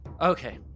okay